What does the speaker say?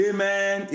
Amen